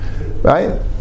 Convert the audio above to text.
Right